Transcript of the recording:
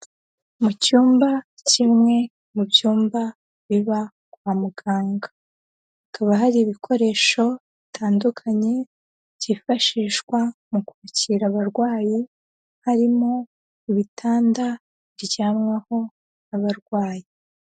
Mu cyumba kimwe, mu byumba biba kwa muganga. Hakaba hari ibikoresho bitandukanye, byifashishwa mu kwakira abarwayi, harimo ibitanda bijyamwaho, n'abarwayi.